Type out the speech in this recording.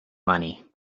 money